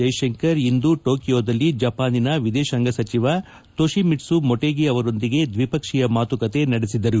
ಜೈಶಂಕರ್ ಇಂದು ಟೋಕಿಯೋದಲ್ಲಿ ಜಪಾನಿನ ವಿದೇಶಾಂಗ ಸಚಿವ ತೊಶಿಮಿಟ್ಸು ಮೊಟೇಗಿ ಅವರೊಂದಿಗೆ ದ್ವಿಪಕ್ಷೀಯ ಮಾತುಕತೆ ನಡೆಸಿದರು